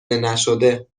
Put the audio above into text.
نشده